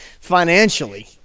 financially